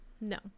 No